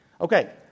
Okay